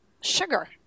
sugar